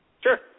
Sure